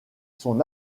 son